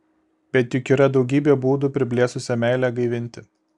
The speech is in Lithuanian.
bet juk yra daugybė būdų priblėsusią meilę gaivinti